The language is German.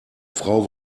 frau